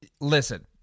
Listen